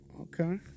Okay